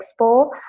Expo